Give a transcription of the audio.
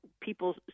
people